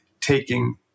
taking